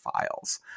files